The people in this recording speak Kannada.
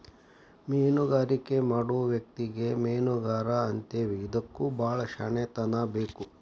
ಮೇನುಗಾರಿಕೆ ಮಾಡು ವ್ಯಕ್ತಿಗೆ ಮೇನುಗಾರಾ ಅಂತೇವಿ ಇದಕ್ಕು ಬಾಳ ಶ್ಯಾಣೆತನಾ ಬೇಕ